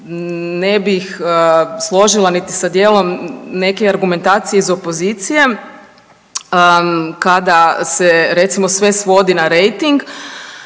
ne bih složila niti sa dijelom neke argumentacije iz opozicije kada se recimo sve svodi na rejting